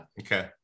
okay